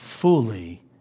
fully